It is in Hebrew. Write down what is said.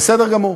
בסדר גמור,